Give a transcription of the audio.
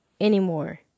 anymore